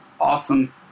awesome